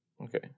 Okay